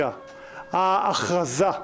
ההכרזה,